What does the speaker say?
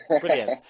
Brilliant